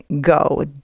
go